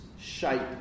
shape